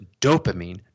dopamine